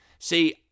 See